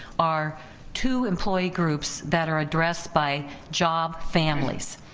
our two employee groups that are addressed by job families,